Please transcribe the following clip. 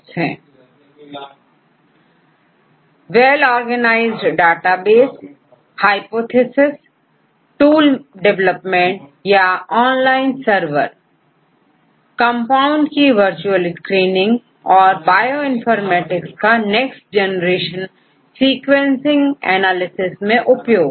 student well organised database hypothesis और tool development या online server compounds की virtual screening और बायोइनफॉर्मेटिक्स का नेक्स्ट जनरेशन सीक्वेंसिंग एनालिसिस मैं उपयोग